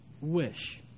wish